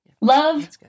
Love